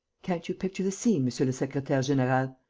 can't you picture the scene, monsieur le secretaire-general?